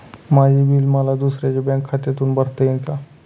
माझे बिल मला दुसऱ्यांच्या बँक खात्यातून भरता येईल का?